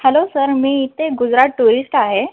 hello sir मी इथे Gujarat tourist आहे